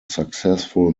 successful